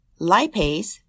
lipase